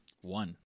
One